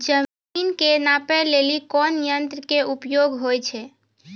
जमीन के नापै लेली कोन यंत्र के उपयोग होय छै?